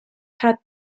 had